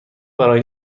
برای